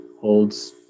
holds